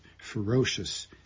ferocious